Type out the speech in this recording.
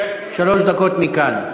שלוש דקות מכאן.